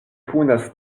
punas